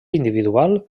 individual